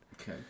Okay